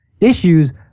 issues